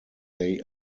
they